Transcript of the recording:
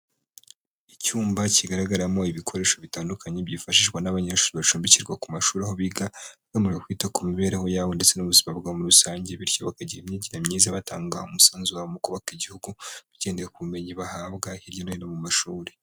Icyumba kigaragaramo ibikoresho bitandukanye byifashishwa n'abanyeshuri bacumbikirwa ku mashuri aho biga, bemerewe kwita ku mibereho yabo ndetse n'ubuzima bwabo muri rusange bityo bakagira imyigire myiza batanga umusanzu wabo mu kubaka igihugu, bagendeye ku bumenyi bahabwa hirya no hino mu mashuri.